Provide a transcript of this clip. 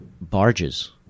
barges